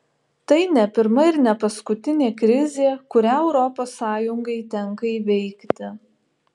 tai ne pirma ir ne paskutinė krizė kurią europos sąjungai tenka įveikti